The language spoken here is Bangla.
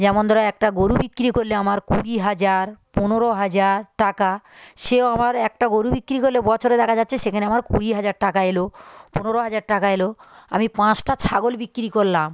যেমন ধরো একটা গরু বিক্রি করলে আমার কুড়ি হাজার পনোরো হাজার টাকা সেও আবার একটা গরু বিক্রি করলে বছরে দেখা যাচ্ছে সেখানে আমার কুড়ি হাজার টাকা এলো পনেরো হাজার টাকা এলো আমি পাঁচটা ছাগল বিক্রি করলাম